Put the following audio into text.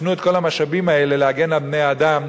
תפנו את כל המשאבים האלה להגן על בני-האדם,